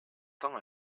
temps